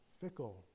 fickle